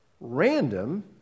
random